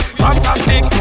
fantastic